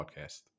podcast